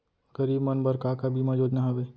गरीब मन बर का का बीमा योजना हावे?